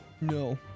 no